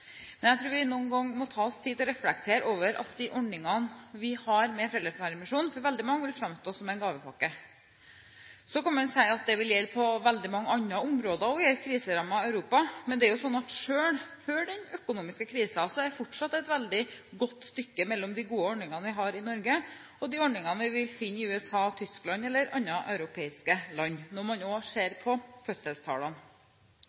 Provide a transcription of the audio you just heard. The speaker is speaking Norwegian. Jeg tror vi noen ganger må ta oss tid til å reflektere over at de ordningene vi har med foreldrepermisjon, for veldig mange vil framstå som en gavepakke. Man kan si at det vil gjelde på veldig mange andre områder òg i et kriserammet Europa. Men selv før den økonomiske krisen var det fortsatt et veldig godt stykke mellom de gode ordningene vi har i Norge, og de ordningene vi vil finne i USA, Tyskland eller andre europeiske land – også når man ser på fødselstallene. Vi har svært rause ordninger og